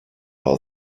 all